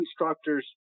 instructors